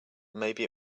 maybe